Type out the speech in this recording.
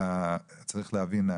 אלא צריך להבין,